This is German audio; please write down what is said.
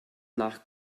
nach